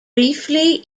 briefly